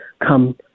come